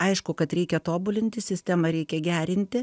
aišku kad reikia tobulinti sistemą reikia gerinti